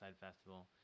Festival